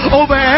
over